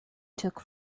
took